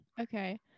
Okay